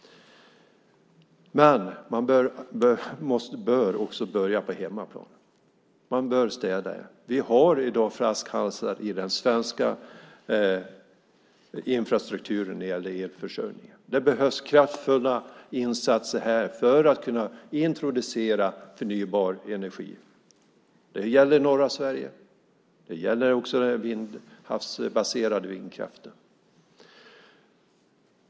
Man bör också börja på hemmaplan och städa här. I dag finns det flaskhalsar i den svenska infrastrukturen när det gäller elförsörjningen. Det behövs kraftfulla insatser här för att kunna introducera förnybar energi. Det gäller norra Sverige. Det gäller också den havsbaserade vindkraften.